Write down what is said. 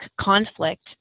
conflict